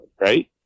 right